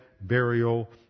burial